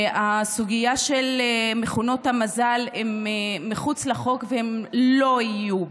שהסוגיה של מכונות המזל תהיה מחוץ לחוק והן לא יהיו,